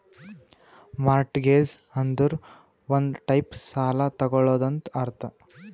mortgage ಅಂದುರ್ ಒಂದ್ type ಸಾಲ ತಗೊಳದಂತ್ ಅರ್ಥ